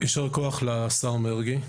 ישר כוח לשר מרגי.